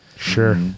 sure